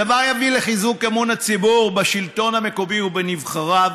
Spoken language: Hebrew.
הדבר יביא לחיזוק אמון הציבור בשלטון המקומי ובנבחריו,